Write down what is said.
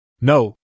No